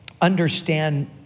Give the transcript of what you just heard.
understand